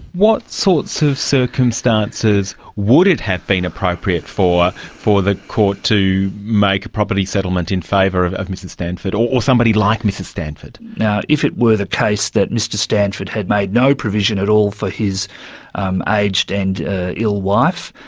what sorts of circumstances would it have been appropriate or the court to make a property settlement in favour of of mrs stanford, or or somebody like mrs stanford? now, if it were the case that mr stanford had made no provision at all for his um aged and ill wife,